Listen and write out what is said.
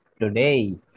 today